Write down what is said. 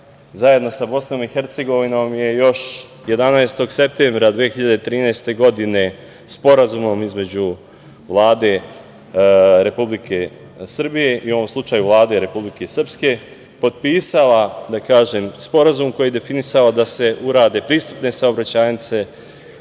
zajedno sa BiH je još 11. septembra 2013. godine Sporazumom između Vlade Republike Srbije i u ovom slučaju Vlade Republike Srpske, potpisala Sporazum koji je definisao da se urade pristupne saobraćajnice